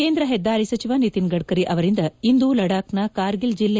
ಕೇಂದ್ರ ಹೆದ್ದಾರಿ ಸಚಿವ ನಿತಿನ್ ಗಡ್ನರಿ ಅವರಿಂದ ಇಂದು ಲಡಾಖ್ನ ಕಾರ್ಗಿಲ್ ಜಿಲ್ಲೆ